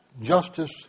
justice